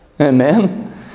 Amen